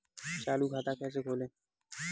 चालू खाता कैसे खोलें?